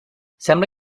sembla